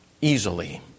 easily